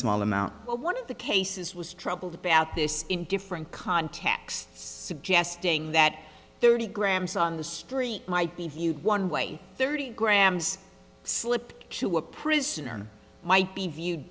small amount one of the cases was troubled about this in different contexts suggesting that thirty grams on the street might be viewed one way thirty grams slip to a prisoner might be viewed